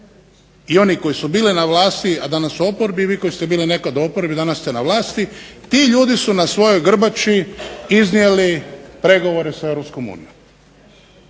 i oni koji su bili na vlasti, a danas su u oporbi i vi koji ste nekad bili u oporbi danas ste na vlasti, ti ljudi su na svojoj grbači iznijeli pregovore sa EU.